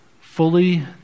Fully